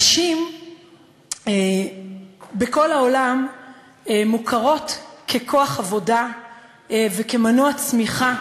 נשים בכל העולם מוכרות ככוח עבודה וכמנוע צמיחה,